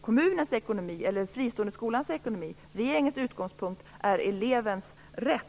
kommunens eller den fristående skolans ekonomi - den är elevens rätt.